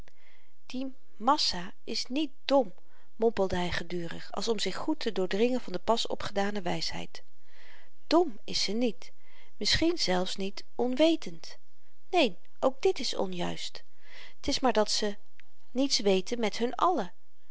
die massa is niet dom mompelde hy gedurig als om zich goed te doordringen van de pas opgedane wysheid dom is ze niet misschien zelfs niet onwetend neen ook dit is onjuist t is maar dat ze niets weten met hun allen